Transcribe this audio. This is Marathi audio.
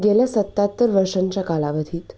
गेल्या सत्त्याहत्तर वर्षांच्या कालावधीत